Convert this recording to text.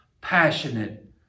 passionate